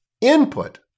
input